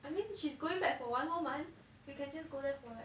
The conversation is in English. I mean she's going back for one whole month we can just go there for like